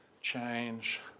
change